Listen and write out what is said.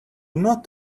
not